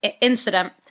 incident